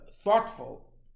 thoughtful